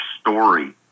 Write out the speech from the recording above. story